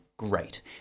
great